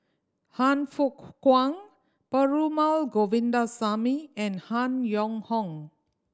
Han Fook Kwang Perumal Govindaswamy and Han Yong Hong